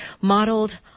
modeled